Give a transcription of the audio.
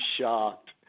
shocked